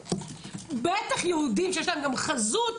בטח יהודים שיש להם גם חזות.